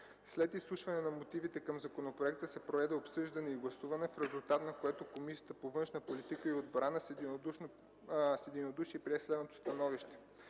След изслушването на мотивите към законопроекта се проведе обсъждане и гласуване, в резултат на което Комисията по външна политика и отбрана с единодушие прие следното становище: